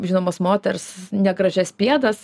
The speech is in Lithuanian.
žinomos moters negražias pėdas